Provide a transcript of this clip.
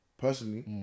Personally